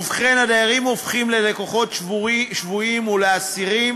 ובכן, הדיירים הופכים ללקוחות שבויים ולאסירים